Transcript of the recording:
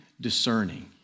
discerning